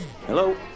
Hello